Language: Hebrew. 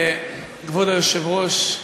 כבוד היושב-ראש,